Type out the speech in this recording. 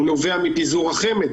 הוא נובע מפיזור החמ"ד.